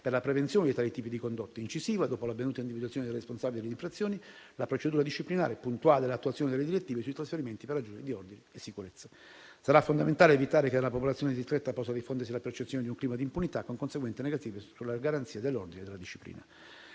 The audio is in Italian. per la prevenzione di tali tipi di condotte; incisiva, dopo l'avvenuta individuazione dei responsabili delle infrazioni, la procedura disciplinare; puntuale l'attuazione delle direttive sui trasferimenti per ragioni di ordine e sicurezza. Sarà fondamentale evitare che nella popolazione ristretta possa diffondersi la percezione di un clima di impunità, con conseguenze negative sulla garanzia dell'ordine e della disciplina.